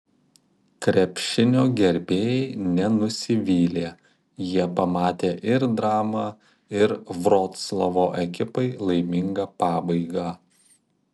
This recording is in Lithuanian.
krepšinio gerbėjai nenusivylė jie pamatė ir dramą ir vroclavo ekipai laimingą pabaigą